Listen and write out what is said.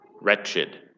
Wretched